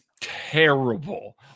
terrible